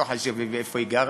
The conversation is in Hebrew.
לא חשוב איפה היא גרה,